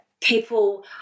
people